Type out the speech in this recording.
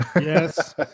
Yes